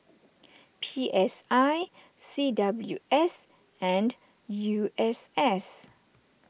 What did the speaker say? P S I C W S and U S S